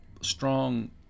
strong